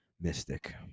mystic